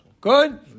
Good